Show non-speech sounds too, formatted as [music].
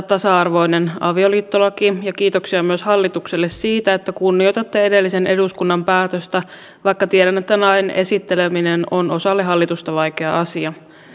[unintelligible] tasa arvoinen avioliittolaki ja kiitoksia myös hallitukselle siitä että kunnioitatte edellisen eduskunnan päätöstä vaikka tiedän että lain esitteleminen on osalle hallitusta vaikea asia